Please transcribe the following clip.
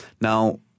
Now